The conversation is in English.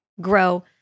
grow